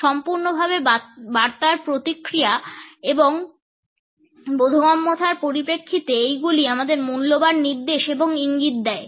সম্পূর্ণভাবে বার্তার প্রতিক্রিয়া এবং বোধগম্যতার পরিপ্রেক্ষিতে এইগুলি আমাদের মূল্যবান নির্দেশ এবং ইঙ্গিত দেয়